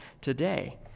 today